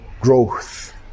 growth